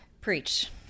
preach